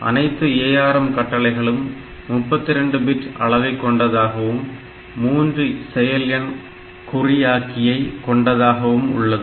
அனைத்து ARM கட்டளைகளும் 32 bit அளவை கொண்டதாகவும் 3 செயல் எண் குறியாக்கியை கொண்டதாகவும் உள்ளது